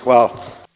Hvala.